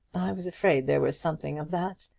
i was afraid there was something of that.